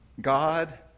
God